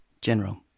General